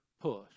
push